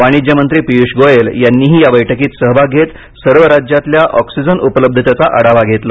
वाणिज्य मंत्री पियुष गोयल यांनीही या बैठकीत सहभाग घेत सर्व राज्यातल्या ऑक्सिजन उपलब्धतेचा आढावा घेतला